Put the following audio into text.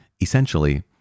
essentially